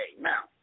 now